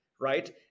right